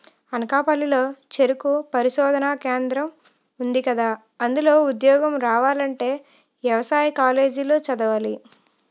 అనకాపల్లి లో చెరుకు పరిశోధనా కేంద్రం ఉందికదా, అందులో ఉద్యోగం రావాలంటే యవసాయ కాలేజీ లో చదవాలి